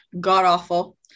god-awful